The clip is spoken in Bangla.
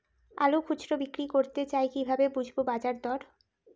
আলু খুচরো বিক্রি করতে চাই কিভাবে বুঝবো বাজার দর?